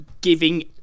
giving